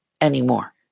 anymore